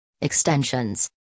Extensions